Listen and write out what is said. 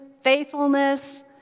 faithfulness